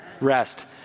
rest